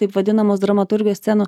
taip vadinamos dramaturgijos scenų